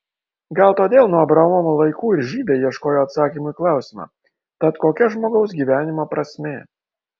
gal todėl nuo abraomo laikų ir žydai ieškojo atsakymų į klausimą tad kokia žmogaus gyvenimo prasmė